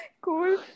Cool